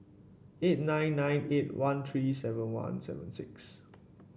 eight nine nine eight one three seven one seven six